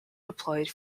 deployed